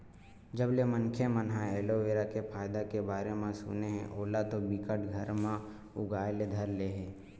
जब ले मनखे मन ह एलोवेरा के फायदा के बारे म सुने हे ओला तो बिकट घर म उगाय ले धर ले हे